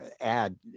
add